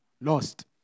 lost